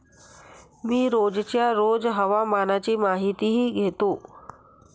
मी रोजच्या रोज हवामानाची माहितीही घेतो